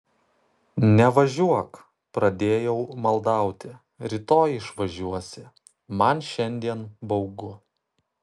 nevažiuok pradėjau maldauti rytoj išvažiuosi man šiandien baugu